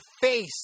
face